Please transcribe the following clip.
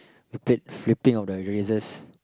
we played flicking on the erasers